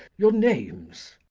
your names?